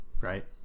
Right